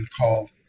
called